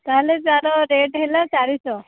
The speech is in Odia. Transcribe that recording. ତାହେଲେ ତାର ରେଟ୍ ହେଲା ଚାରିଶହ